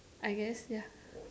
I guess ya